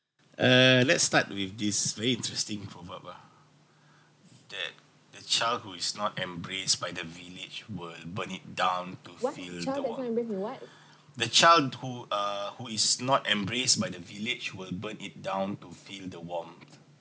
eh let's start with this very interesting proverb lah that the child who is not embraced by the village will burn it down to feel the warmth the child who uh who is not embraced by the village will burn it down to feel the warmth